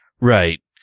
Right